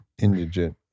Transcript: indigent